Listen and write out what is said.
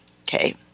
Okay